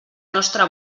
nostra